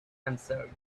answered